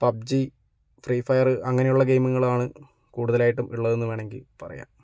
PUBG free fire അങ്ങനെയുള്ള ഗെയിമുകളാണ് കൂടുതലായിട്ടും ഉള്ളതെന്ന് വേണമെങ്കിൽ പറയാം